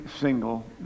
single